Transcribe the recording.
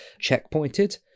checkpointed